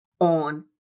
on